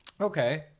okay